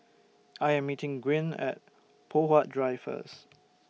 I Am meeting Gwyn At Poh Huat Drive First